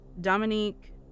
Dominique